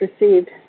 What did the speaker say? received